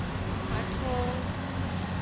ᱯᱟᱴ ᱦᱚᱸ